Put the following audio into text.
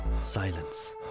silence